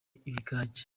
ikigage